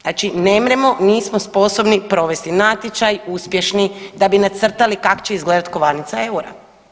Znači nemremo, nismo sposobni provesti natječaj uspješni da bi nacrtali kak će izgledat kovanica eura.